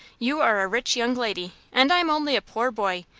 you are a rich young lady, and i'm only a poor boy,